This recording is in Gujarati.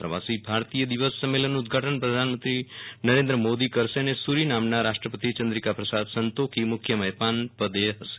પ્રવાસી ભારતીય દિવસ સંમેલનનું ઉદધાટન પ્રધાનમંત્રી નરેન્દ્ર મોદી કરશે અને સૂરીનામનાં રાષ્ટ્રપતિ ચંક્રિકા પ્રસાદ સનતોખી મુખ્ય મહેમાન પદે હશે